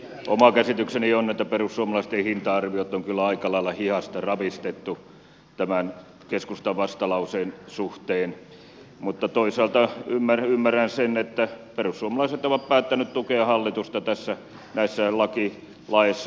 oma käsitykseni on että perussuomalaisten hinta arviot on kyllä aika lailla hihasta ravistettu tämän keskustan vastalauseen suhteen mutta toisaalta ymmärrän sen että perussuomalaiset ovat päättäneet tukea hallitusta näissä molemmissa laeissa